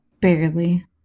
Barely